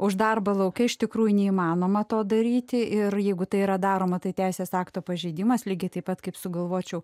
už darbą lauke iš tikrųjų neįmanoma to daryti ir jeigu tai yra daroma tai teisės akto pažeidimas lygiai taip pat kaip sugalvočiau